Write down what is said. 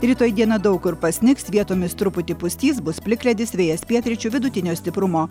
rytoj dieną daug kur pasnigs vietomis truputį pustys bus plikledis vėjas pietryčių vidutinio stiprumo